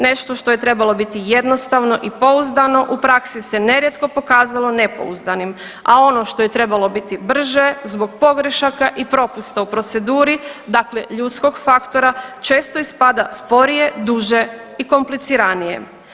Nešto što je trebalo biti jednostavno i pouzdano u praksi se nerijetko pokazalo nepouzdanim, a ono što je trebalo biti brže zbog pogrešaka i propusta u proceduri, dakle ljudskog faktora često ispada sporije, duže i kompliciranije.